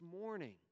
morning